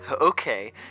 Okay